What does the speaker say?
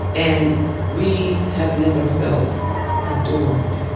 and we have never felt adored.